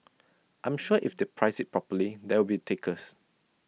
I'm sure if they price IT properly there will be takers